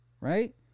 right